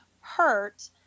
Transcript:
hurt